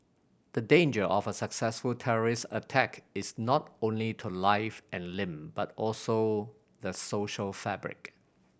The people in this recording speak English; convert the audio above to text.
the danger of a successful terrorist attack is not only to life and limb but also the social fabric